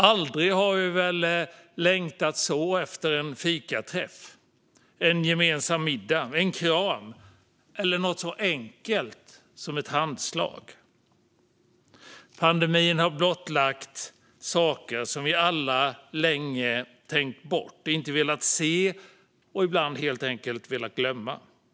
Aldrig har vi väl längtat så efter en fikaträff, en gemensam middag, en kram eller något så enkelt som ett handslag. Pandemin har blottlagt saker som vi alla länge tänkt bort, inte velat se eller helt enkelt velat glömma.